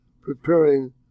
preparing